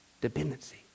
Dependency